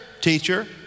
teacher